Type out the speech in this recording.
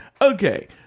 Okay